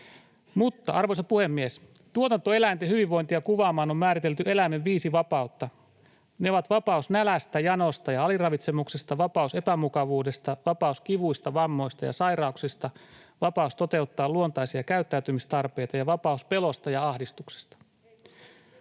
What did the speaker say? Arvoisa puhemies! Tuotantoeläinten hyvinvointia kuvaamaan on määritelty eläimen viisi vapautta. Ne ovat vapaus nälästä, janosta ja aliravitsemuksesta, vapaus epämukavuudesta, vapaus kivuista, vammoista ja sairauksista, vapaus toteuttaa luontaisia käyttäytymistarpeita ja vapaus pelosta ja ahdistuksesta.